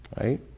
right